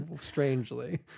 strangely